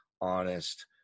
honest